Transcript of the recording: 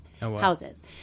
houses